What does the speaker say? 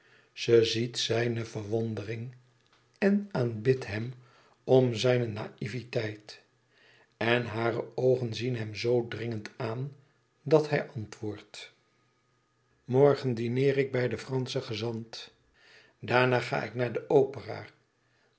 ze ziet zijne verwondering en aanbidt hem om zijne naïveteit en hare oogen zien hem zoo dringend aan dat hij antwoordt morgen dineer ik bij den franschen gezant daarna ga ik naar de opera